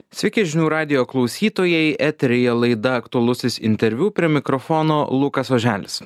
sveiki žinių radijo klausytojai eteryje laida aktualusis interviu prie mikrofono lukas oželis